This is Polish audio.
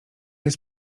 jest